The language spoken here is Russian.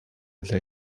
для